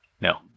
No